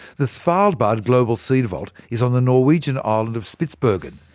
the svalbard global seed vault is on the norwegian island of spitsbergen,